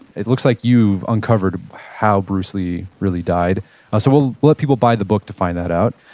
it looks like you've uncovered how bruce lee really died so we'll let people buy the book to find that out,